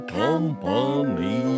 company